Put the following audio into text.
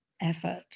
effort